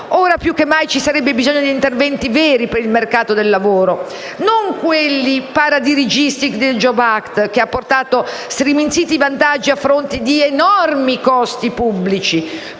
Ora più che mai ci sarebbe bisogno di interventi veri per il mercato del lavoro, non quelli paradirigistici del *jobs act*, che ha portato striminziti vantaggi a fronte di enormi costi pubblici.